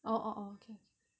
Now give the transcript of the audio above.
oh oh oh okay